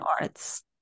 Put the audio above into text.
arts